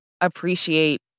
appreciate